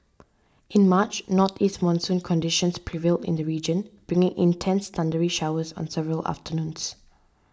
in March northeast monsoon conditions prevailed in the region bringing intense thundery showers on several afternoons